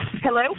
Hello